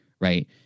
right